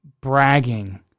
bragging